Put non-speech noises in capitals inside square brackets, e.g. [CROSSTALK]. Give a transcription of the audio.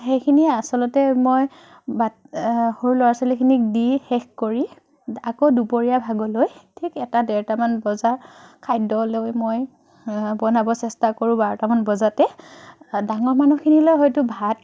সেইখিনিয়েই আচলতে মই বাট সৰু ল'ৰা ছোৱালীখিনিক দি শেষ কৰি [UNINTELLIGIBLE] আকৌ দুপৰীয়াৰ ভাগলৈ ঠিক এটা ডেৰটামান বজাৰ খাদ্য লৈ মই বনাব চেষ্টা কৰোঁ বাৰটামান বজাতে ডাঙৰ মানুহখিনিলৈ হয়তো ভাত